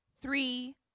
three